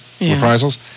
reprisals